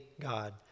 God